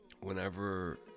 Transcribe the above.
whenever